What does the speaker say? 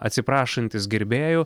atsiprašantis gerbėjų